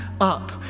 up